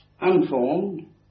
unformed